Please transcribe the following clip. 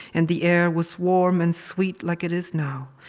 and the air was warm and sweet like it is now,